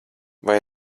vai